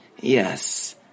Yes